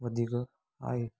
वधीक आहे